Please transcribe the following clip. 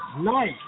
nice